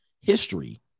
History